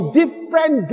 different